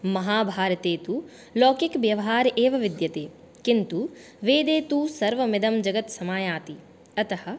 महाभारते तु लौकिकव्यवहारः एव विद्यते किन्तु वेदे तु सर्वमिदं जगत्समायाति अतः